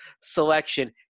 selection